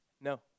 No